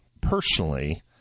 personally